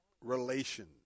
relation